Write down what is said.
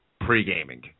pre-gaming